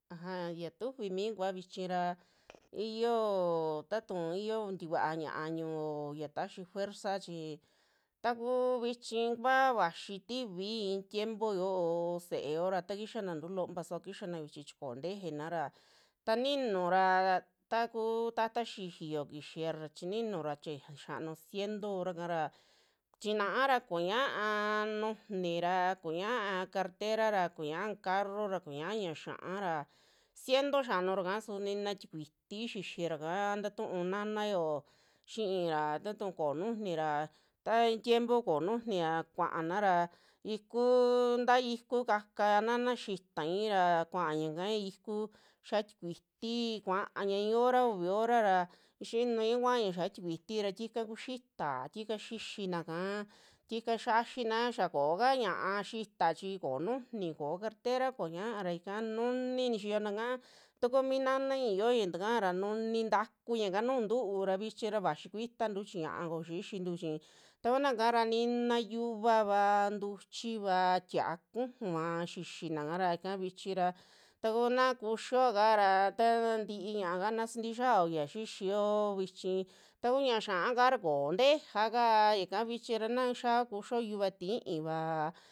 Aja ya tifi mii kua vichi ra iyioo, ta tuu iyo tikuaa ñaa ñuo ya taxi fuerza chi ta kuu vichi kua vaxii tivi i'i tiempo yoo se'eo ra ta kixa nantu lompa suva kixana vichi chi koo tejena ra, taninu ra takuu tata xijiyo kisira chininu ra tie xiaanu ciento kuraka, chianara kuñaa nujuni ra, koñaa cartera ra, kuñaa carro ra, kuñaa ña'a xia'a ciento xanuraka su nina tikiuti xixiraka tatuu nanao xiira, tatu koo nujuni ra ta i'i tiempo koo nujunia kuanara ikuu ntaa iku kaka nanayitai ra kuañaka xiaa tikuiti, kuaña i'i hora, uvi hora ra xinuña kuaña xia tikuitira tika kuu xita, tika xixinaka tika xiaxina xaa kooka ñaa xita chi koo nujuni, koo cartera kuñaa ra ika nuni nixiyona ka takuu mi nanai xioña takara nuni takuñaka nuju ntuura vivhi ra vaxi kuitantu chi ñaa koxixintu chi takuna kara nina yuvava, ntuchiva, tia'a kujua xixina kara vichira ta ko naa kuxioa kara takuu tii ñaaka na sinti xiao ya xixio vichi ta kuu ñaa xia'a kara koo ntejea kaa yaka vichi ra na xiao kuxio yuva ti'ívaa.